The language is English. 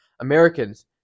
Americans